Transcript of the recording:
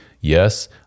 Yes